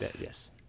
Yes